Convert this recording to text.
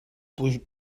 plujós